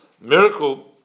miracle